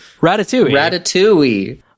ratatouille